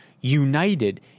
united